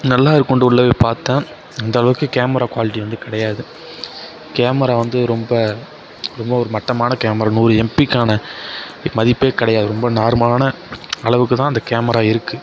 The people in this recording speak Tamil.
நல்லா இருக்கும்டு உள்ள போய் பார்த்தன் அந்த அளவுக்கு கேமரா குவாலிட்டி வந்து கிடையாது கேமரா வந்து ரொம்ப ரொம்ப ஒரு மட்டமான கேமரா நூறு எம்பிக்கான மதிப்பே கிடையாது ரொம்ப நார்மலான அளவுக்குத்தான் அந்த கேமரா இருக்கு